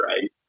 right